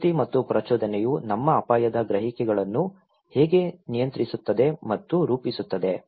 ಸಂಸ್ಕೃತಿ ಮತ್ತು ಪ್ರಚೋದನೆಯು ನಮ್ಮ ಅಪಾಯದ ಗ್ರಹಿಕೆಗಳನ್ನು ಹೇಗೆ ನಿಯಂತ್ರಿಸುತ್ತದೆ ಮತ್ತು ರೂಪಿಸುತ್ತದೆ